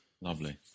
lovely